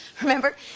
Remember